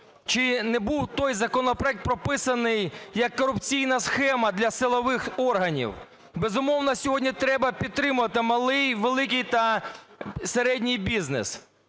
Чи не був той законопроект прописаний як корупційна схема для силових органів? Безумовно, сьогодні треба підтримувати малий, великий та середній бізнес